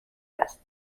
است